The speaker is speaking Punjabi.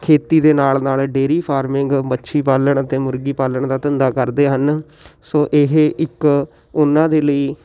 ਖੇਤੀ ਦੇ ਨਾਲ ਨਾਲ ਡੇਰੀ ਫਾਰਮਿੰਗ ਮੱਛੀ ਪਾਲਣ ਅਤੇ ਮੁਰਗੀ ਪਾਲਣ ਦਾ ਧੰਦਾ ਕਰਦੇ ਹਨ ਸੋ ਇਹ ਇੱਕ ਉਹਨਾਂ ਦੇ ਲਈ